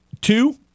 two